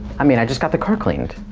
i mean i just got the car cleaned.